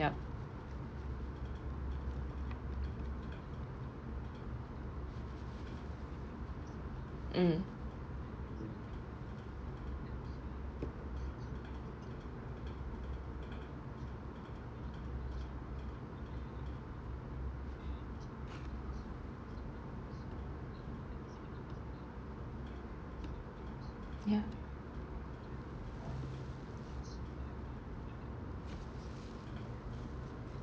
yup mm ya